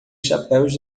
chapéus